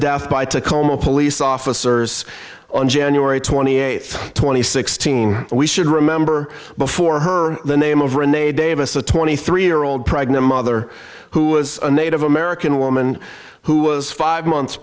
death by tacoma police officers on january twenty eighth two thousand and sixteen we should remember before her the name of renee davis a twenty three year old pregnant mother who was a native american woman who was five months